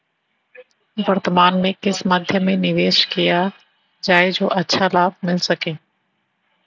वर्तमान में किस मध्य में निवेश किया जाए जो अच्छा लाभ मिल सके?